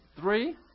three